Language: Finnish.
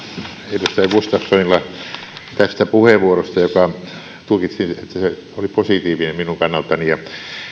edustaja gustafssonille tästä puheenvuorosta jonka tulkitsin että se oli positiivinen minun kannaltani